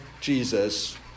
Jesus